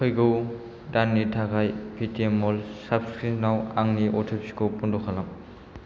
फैगौ दाननि थाखाय पेटिएम मल साब्सक्रिनाव आंनि अथिपिखौ बन्द खालाम